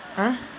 !huh!